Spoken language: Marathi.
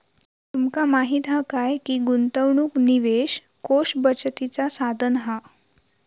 तुमका माहीत हा काय की गुंतवणूक निवेश कोष बचतीचा साधन हा